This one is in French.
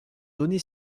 donnée